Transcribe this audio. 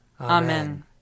Amen